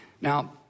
Now